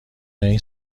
این